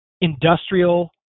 industrial